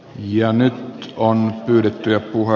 ja nyt on pyydetty apua